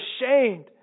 ashamed